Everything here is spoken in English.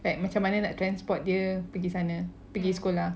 like macam mana nak transport dia pergi sana pergi sekolah